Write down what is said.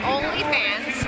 OnlyFans